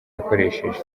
yakoresheje